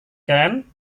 ken